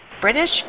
British